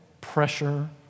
pressure